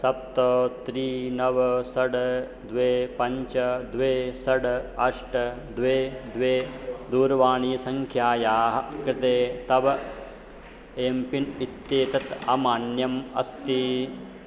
सप्त त्रि नव षड् द्वे पञ्च द्वे षड् अष्ट द्वे द्वे दूरवाणीसङ्ख्यायाः कृते तव एम्पिन् इत्येतत् अमान्यम् अस्ति